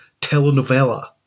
telenovela